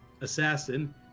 assassin